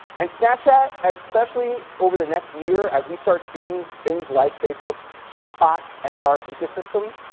and snapchat, especially over the next year as we start seeing things like facebook chat bots enter our ecosystem,